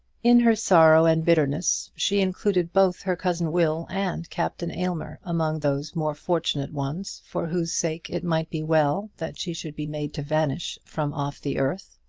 in her sorrow and bitterness she included both her cousin will and captain aylmer among those more fortunate ones for whose sake it might be well that she should be made to vanish from off the earth.